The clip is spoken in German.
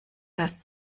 das